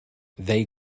they